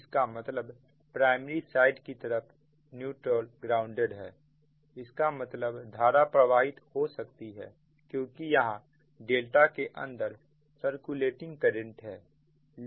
इसका मतलब primary side की तरफ न्यूट्रल ग्राउंडेड है इसका मतलब धारा प्रवाहित हो सकती है क्योंकि यहां डेल्टा के अंदर सर्कुलेटिंग करंट है